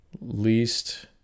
least